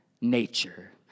nature